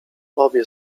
obie